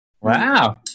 Wow